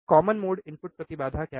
common mode input प्रतिबाधा क्या है